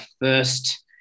first